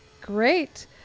great